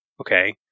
okay